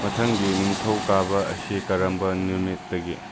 ꯃꯊꯪꯒꯤ ꯅꯤꯡꯊꯧꯀꯥꯕ ꯑꯁꯤ ꯀꯔꯝꯕ ꯅꯨꯃꯤꯠꯇ ꯇꯥꯒꯦ